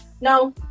No